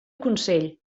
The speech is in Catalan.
consell